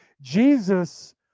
Jesus